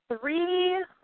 three